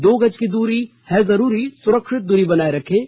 दो गज की दूरी है जरूरी सुरक्षित दूरी बनाए रखें